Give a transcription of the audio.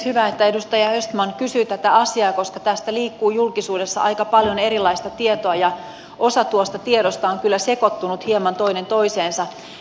hyvä että edustaja östman kysyi tätä asiaa koska tästä liikkuu julkisuudessa aika paljon erilaista tietoa ja osa tuosta tiedosta on kyllä sekoittunut hieman toinen toiseensa